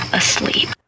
asleep